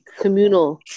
communal